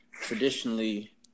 traditionally